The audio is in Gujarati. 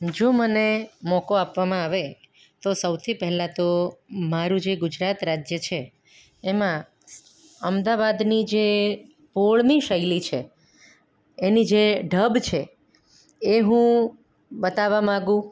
જો મને મોકો આપવામાં આવે તો સૌથી પહેલા તો મારું જે ગુજરાત રાજ્ય છે એમાં અમદાવાદની જે પોળની શૈલી છે એની જે ઢબ છે એ હું બતાવવા માગું